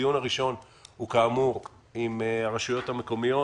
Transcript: הדיון הראשון הוא כאמור עם הרשויות המקומיות.